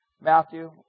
Matthew